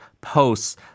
posts